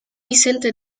vicente